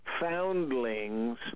foundlings